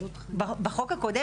בחוק הקודם,